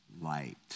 light